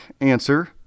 answer